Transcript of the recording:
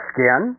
Skin